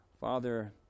Father